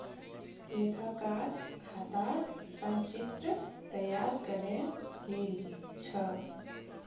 लेखाकार खातर संचित्र तैयार करे लील छ